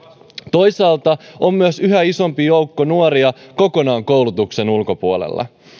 toisaalta on myös yhä isompi joukko nuoria kokonaan koulutuksen ulkopuolella